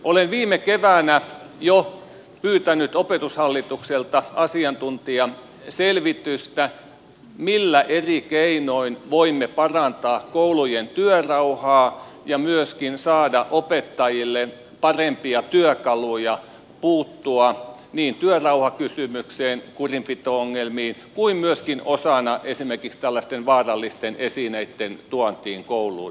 olen viime keväänä jo pyytänyt opetushallitukselta asiantuntijaselvitystä millä eri keinoin voimme parantaa koulujen työrauhaa ja myöskin saada opettajille parempia työkaluja puuttua niin työrauhakysymykseen kurinpito ongelmiin kuin myöskin osana esimerkiksi tällaisten vaarallisten esineitten tuontiin kouluun